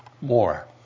more